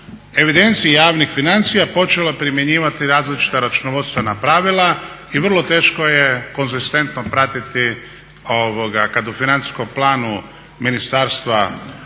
evidenciji javnih financija počela primjenjivati različita računovodstvena pravila i vrlo teško je konzistentno pratiti kad u financijskom planu ministarstvo,